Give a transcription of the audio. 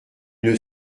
une